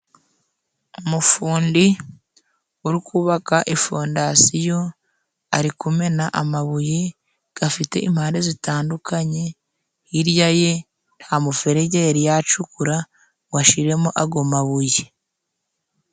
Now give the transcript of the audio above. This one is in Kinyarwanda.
Umufundi uri kubaka ifondasiyo, ari kumena amabuye gafite impande zitandukanye. Hirya ye nta muferege aracukura ngo ashiremo ago mabuye.